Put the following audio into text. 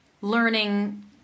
learning